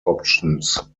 options